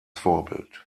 vorbild